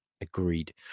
Agreed